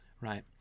right